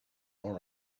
more